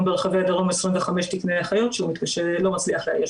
ברחבי הדרום 25 תקני אחיות שהוא לא מצליח לאייש.